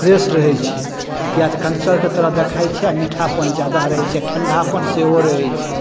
fresh रहै छै किएक तऽ कनछड़के तरह देखाइ छै आओर मीठापन जादा रहे छै आओर ठण्डापन सेहो रहे छै